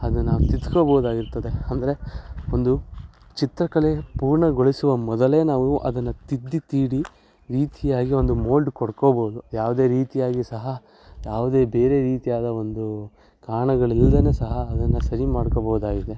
ಅದನ್ನು ನಾವು ತಿದ್ಕೋಬೋದಾಗಿರ್ತದೆ ಅಂದ್ರೆ ಒಂದು ಚಿತ್ರಕಲೆ ಪೂರ್ಣಗೊಳಿಸುವ ಮೊದಲೇ ನಾವು ಅದನ್ನು ತಿದ್ದಿ ತೀಡಿ ರೀತಿಯಾಗಿ ಒಂದು ಮೋಲ್ಡ್ ಕೊಟ್ಕೋಬೋದು ಯಾವುದೇ ರೀತಿಯಾಗಿ ಸಹ ಯಾವುದೇ ಬೇರೆ ರೀತಿಯಾದ ಒಂದು ಕಾರ್ಣಗಳು ಇಲ್ದೇ ಸಹ ಅದನ್ನು ಸರಿ ಮಾಡ್ಕೋಬೋದಾಗಿದೆ